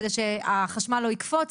כדי שהחשמל לא יקפוץ.